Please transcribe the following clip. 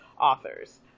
authors